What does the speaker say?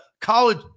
college